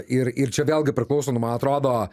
ir ir čia vėlgi priklauso nu man atrodo